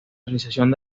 realización